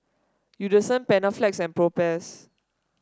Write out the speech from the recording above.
Eucerin Panaflex and Propass